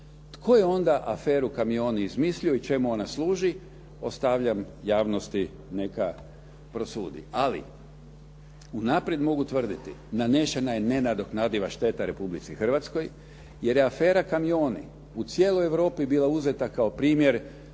Tko je onda aferu kamioni izmislio i čemu ona služi ostavljam javnosti neka prosudi. Ali, unaprijed mogu tvrditi, nanesena je nenadoknadiva šteta Republici Hrvatskoj jer je afera kamioni u cijeloj Europi bila uzeta kao primjer